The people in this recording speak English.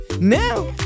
Now